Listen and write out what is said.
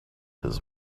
his